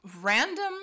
random